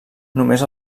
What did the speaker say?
només